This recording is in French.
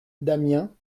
damiens